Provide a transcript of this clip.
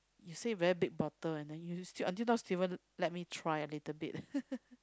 you say very big bottle and then you still until now still haven't let me try a little bit